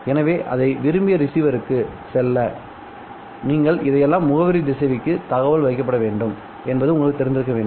எனவே அதை விரும்பிய ரிசீவருக்குச் செல்ல நீங்கள் இதையெல்லாம் முகவரி திசைவிக்கு தகவல் வைக்கப்பட வேண்டும் என்பது உங்களுக்குத் தெரிந்திருக்க வேண்டும்